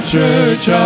Church